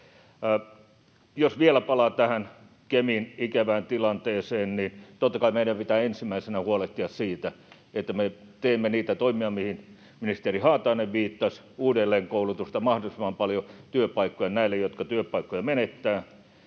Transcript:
Jos vielä palaan tähän Kemin ikävään tilanteeseen, niin totta kai meidän pitää ensimmäisenä huolehtia siitä, että me teemme niitä toimia, mihin ministeri Haatainen viittasi: uudelleenkoulutusta, mahdollisimman paljon työpaikkoja näille, jotka työpaikkoja menettävät.